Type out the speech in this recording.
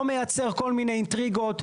לא מייצר כל מיני אינטריגות.